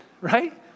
right